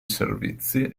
servizi